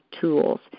tools